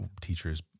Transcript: teachers